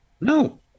No